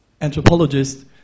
anthropologists